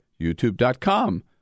youtube.com